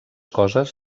coses